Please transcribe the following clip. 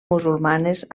musulmanes